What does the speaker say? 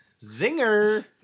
Zinger